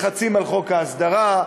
לחצים על חוק ההסדרה,